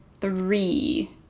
three